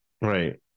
right